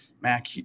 Mac